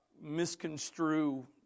misconstrue